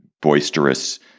boisterous